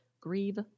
grieve